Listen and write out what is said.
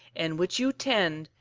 and which you tend,